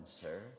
sir